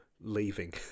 leaving